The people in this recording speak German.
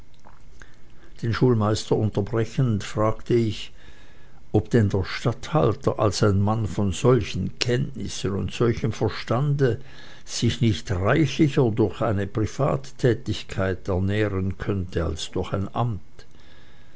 den schulmeister unterbrechend fragte ich ob denn der statthalter als ein mann von solchen kenntnissen und solchem verstande sich nicht reichlicher durch eine privattätigkeit ernähren könnte als durch ein amt